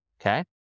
Okay